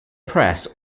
press